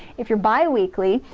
if you're bi-weekly,